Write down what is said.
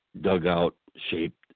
dugout-shaped